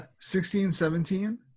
16-17